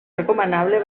recomanable